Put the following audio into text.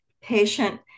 patient